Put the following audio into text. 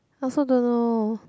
also don't know